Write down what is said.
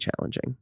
challenging